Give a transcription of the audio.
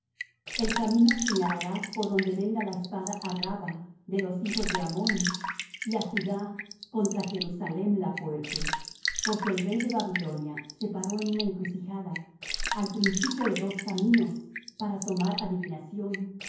el camino señalarás por donde venga la espada á rabba de los hijos de ammón y á judá contra jerusalem la fuerte porque el rey de babilonia se paró en una encrucijada al principio de dos caminos para tomar adivinación